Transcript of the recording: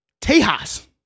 Tejas